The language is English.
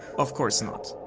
of course not.